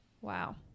wow